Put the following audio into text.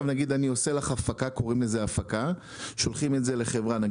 אדוני, אם אפשר בבקשה, אני הצעתי את הפשרה הזאת.